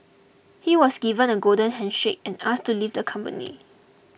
he was given a golden handshake and asked to leave the company